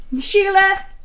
Sheila